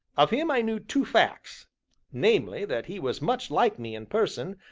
of him i knew two facts namely, that he was much like me in person,